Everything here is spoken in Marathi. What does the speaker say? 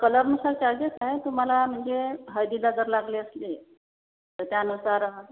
कलरनुसार चार्जेस हाय तुम्हाला म्हणजे हळदीला जर लागले असले तर त्यानुसार